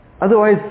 Otherwise